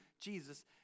Jesus